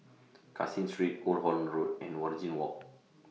Caseen Street Old Holland Road and Waringin Walk